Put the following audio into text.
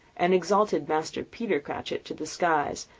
and exalted master peter cratchit to the skies,